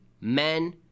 men